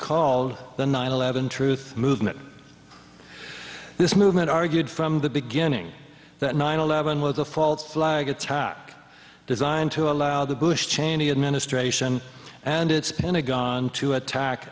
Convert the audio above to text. called the nine eleven truth movement this movement argued from the beginning that nine eleven was a false flag attack designed to allow the bush cheney administration and its pentagon to attack